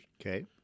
Okay